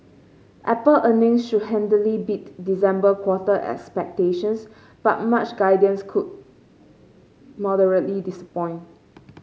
apple earnings should handily beat December quarter expectations but March guidance could moderately disappoint